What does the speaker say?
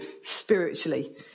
spiritually